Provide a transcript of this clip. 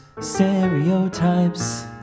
stereotypes